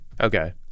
Okay